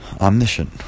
omniscient